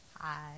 Hi